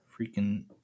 Freaking